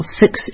fix